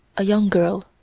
a young girl,